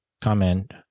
comment